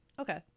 Okay